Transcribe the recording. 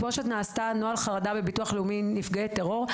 כמו שנעשתה הנוהל חרדה בביטוח לאומי לנפגעי טרור.